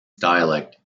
dialect